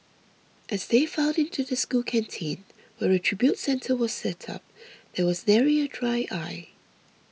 as they filed into the school canteen where a tribute centre was set up there was nary a dry eye